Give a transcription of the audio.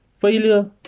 Failure